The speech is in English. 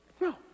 No